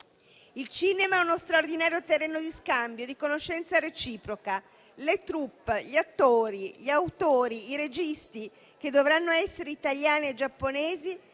Il cinema è uno straordinario terreno di scambio e di conoscenza reciproca. Le *troupe*, gli attori, gli autori e i registi, che dovranno essere italiani e giapponesi,